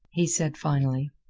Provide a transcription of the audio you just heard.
he said finally.